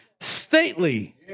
stately